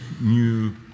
new